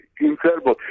incredible